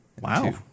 Wow